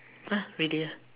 !huh! really ah